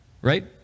Right